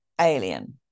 alien